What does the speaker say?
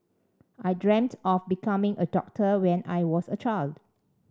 I dreamt of becoming a doctor when I was a child